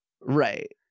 Right